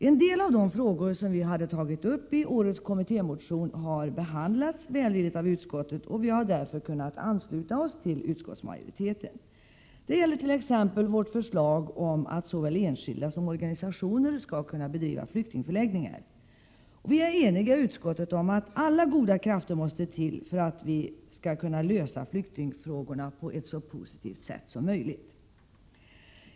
En del av de frågor som vi hade tagit upp i årets kommittémotion har behandlats välvilligt av utskottet, och vi har därför kunnat ansluta oss till utskottsmajoriteten. Det gäller t.ex. vårt förslag om att såväl enskilda som organisationer skall kunna bedriva flyktingförläggningar. Vi är eniga i utskottet om att alla goda krafter måste till för att vi skall kunna lösa flyktingfrågorna på ett så positivt sätt som möjligt.